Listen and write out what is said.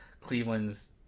Cleveland's